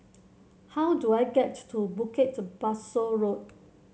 how do I get to Bukit Pasoh Road